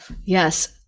yes